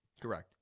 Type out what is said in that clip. correct